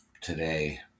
today